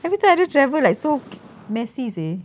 every time I do travel like so messy seh